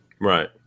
Right